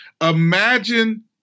imagine